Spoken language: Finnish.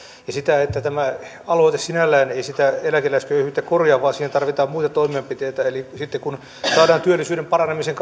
ja sitä että tämä aloite sinällään ei sitä eläkeläisköyhyyttä korjaa vaan siihen tarvitaan muita toimenpiteitä eli sitten kun saadaan työllisyyden paranemisen